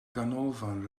ganolfan